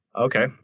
okay